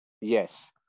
yes